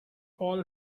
all